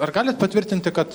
ar galit patvirtinti kad